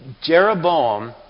Jeroboam